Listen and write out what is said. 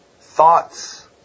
thoughts